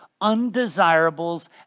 undesirables